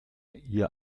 ihr